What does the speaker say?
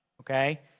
okay